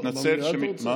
במליאה אתה רוצה?